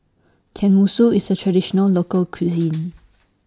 Tenmusu IS A Traditional Local Cuisine